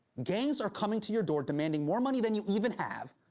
gangs are coming to your door demanding more money than you even have,